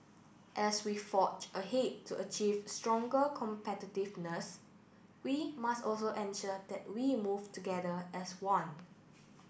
as we forge ahead to achieve stronger competitiveness we must also ensure that we move together as one